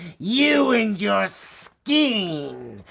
you and your skin.